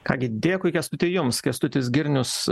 ką gi dėkui kęstuti jums kęstutis girnius